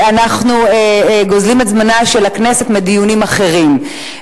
אנחנו גוזלים את זמנה של הכנסת מדיונים אחרים.